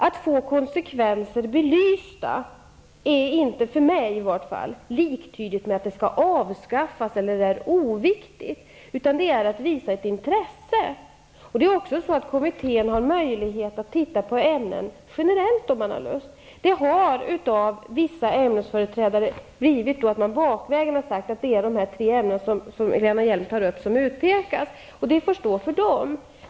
Att få konsekvenser belysta är för mig inte liktydigt med att ämnena skall avsaffas eller att de är oviktiga, utan det är att visa ett intresse. Kommittén har också om den har lust möjlighet att generellt titta på ämnen. Detta har av vissa ämnesföreträdare tolkats så, att det är de tre ämnen som Lena Hjelm-Wallén nämner som utpekas. Det får stå för dem.